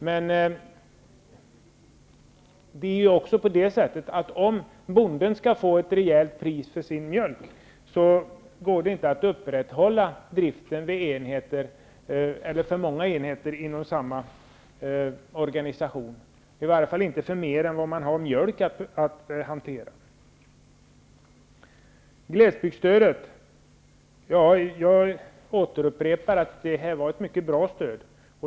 Men om bonden skall få ett rejält pris för sin mjölk går det inte att upprätthålla driften vid för många enheter inom samma organisation, i varje fall inte vid fler enheter än man har mjölk till. Jag återupprepar att glesbygdsstödet är ett mycket bra stöd.